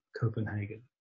copenhagen